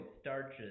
starches